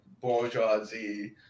bourgeoisie